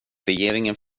regeringen